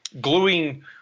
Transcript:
gluing